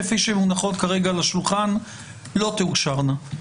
כפי שהן מונחות כרגע על השולחן לא תאושרנה.